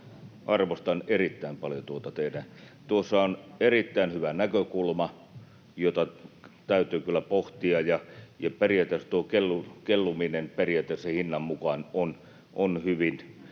Arvostan erittäin paljon tuota teidän näkemystä. Tuossa on erittäin hyvä näkökulma, jota täytyy kyllä pohtia, ja periaatteessa tuo kelluminen hinnan mukaan on hyvin